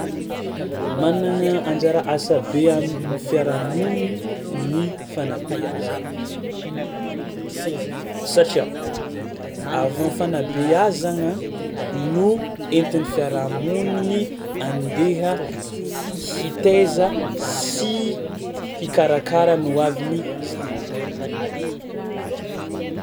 Managna anjara asa be am'firahamonigny ny fanabeazagna, satria avy am'fanabeazagna no entin'ny fiarahamonigny andeha hitaiza sy hikarakara ny ho avin'ny zanany.